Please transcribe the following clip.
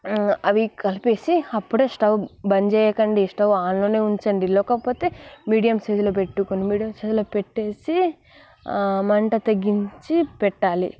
అవి కలిపేసి అప్పుడే స్టవ్ బంద్ చేయకండి స్టవ్ ఆన్లోనే ఉంచండి లోకపోతే మీడియం సైజులో పెట్టుకోండి మీడియం సైజులో పెట్టేసి మంట తగ్గించి పెట్టాలి